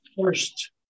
first